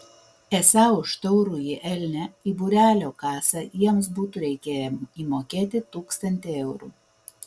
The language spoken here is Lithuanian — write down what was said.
esą už taurųjį elnią į būrelio kasą jiems būtų reikėję įmokėti tūkstantį eurų